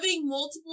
multiple